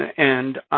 and